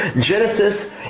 Genesis